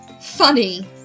funny